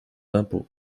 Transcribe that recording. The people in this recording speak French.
d’impôts